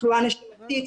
תחלואה נשימתית,